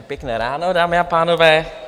Pěkné ráno, dámy a pánové.